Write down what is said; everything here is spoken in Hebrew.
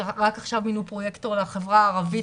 שרק עכשיו מינו פרויקטור לחברה הערבית,